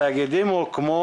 התאגידים הוקמו